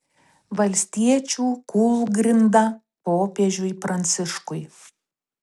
valstiečių kūlgrinda popiežiui pranciškui